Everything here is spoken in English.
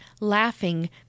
laughing